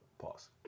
Pause